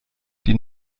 die